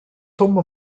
tombe